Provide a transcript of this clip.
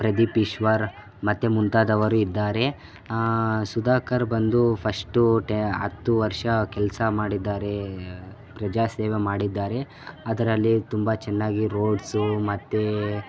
ಪ್ರದೀಪ್ ಈಶ್ವರ ಮತ್ತೆ ಮುಂತಾದವರು ಇದ್ದಾರೆ ಆಂ ಸುಧಾಕರ್ ಬಂದು ಫಷ್ಟು ಟೆ ಹತ್ತು ವರ್ಷ ಕೆಲಸ ಮಾಡಿದ್ದಾರೆ ಪ್ರಜಾಸೇವೆ ಮಾಡಿದ್ದಾರೆ ಅದರಲ್ಲಿ ತುಂಬ ಚೆನ್ನಾಗಿ ರೋಡ್ಸು ಮತ್ತು